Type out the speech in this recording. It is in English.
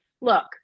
look